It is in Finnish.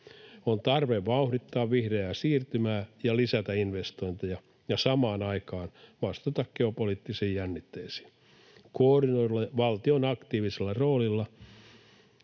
On tarve vauhdittaa vihreää siirtymää ja lisätä investointeja ja samaan aikaan vastata geopoliittisiin jännitteisiin. Koordinoidulla valtion aktiivisella roolilla